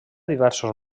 diversos